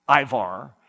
Ivar